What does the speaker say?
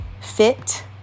Fit